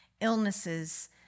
illnesses